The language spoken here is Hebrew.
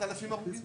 7,000 הרוגים?